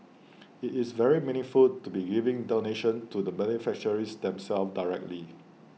IT is very meaningful to be giving donations to the beneficiaries themselves directly